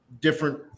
different